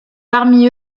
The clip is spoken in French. parmi